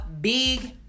Big